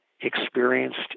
experienced